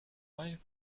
mij